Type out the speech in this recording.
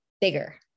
bigger